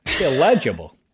Illegible